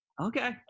Okay